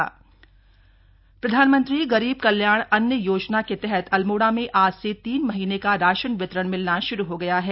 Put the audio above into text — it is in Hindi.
प्रधानमंत्री गरीब कल्याण अन्न योजना प्रधानमंत्री गरीब कल्याण अन्न योजना के तहत अल्मोड़ा में आज से तीन महीने का राशन वितरण मिलना शुरू हो गया है